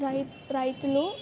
రై రైతులు